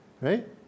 Right